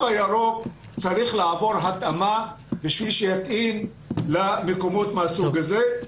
הירוק צריך לעבור התאמה כדי שיתאים למקומות מהסוג הזה.